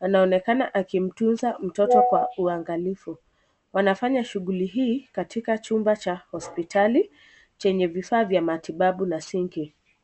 Anaonekana akimtunza mtoto kwa uangalifu. Anafanya shughuli hii katika chumba cha hospitali chenye vifaa vya matibabu na sinki.